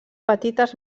petites